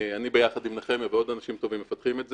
אני ביחד עם נחמיה ועוד אנשים טובים מפתחים את זה.